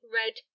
red